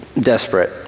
desperate